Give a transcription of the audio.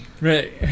Right